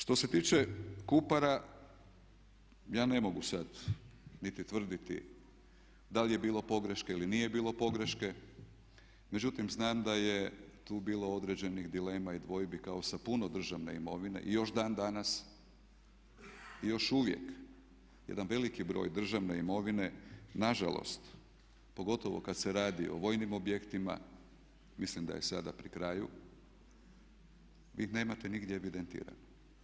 Što se tiče Kupara, ja ne mogu sad niti tvrditi da li je bilo pogreške ili nije bilo pogreške, međutim znam da je tu bilo određenih dilema i dvojbi kao sa puno državne imovine i još dan danas i još uvijek jedan veliki broj državne imovine nažalost pogotovo kad se radi o vojnim objektima mislim da je sada pri kraju, vi ih nemate nigdje evidentirane.